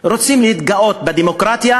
רוצים להתגאות בדמוקרטיה,